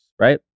right